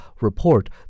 report